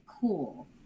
cool